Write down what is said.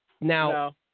Now